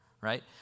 right